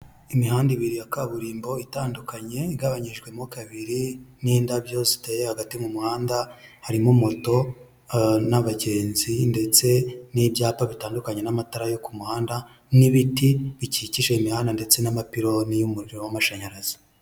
Imihanda ibiri ya kaburimbo itandukanye igabanyijwemo kabiri n'indabyo ziteye hagati mu muhanda, harimo moto n'abagenzi ndetse n'ibyapa bitandukanye n'amatara yo ku muhanda n'ibiti bikikije imihanda, ndetse n'amapiloni y'umuriro w'amashanyarazi.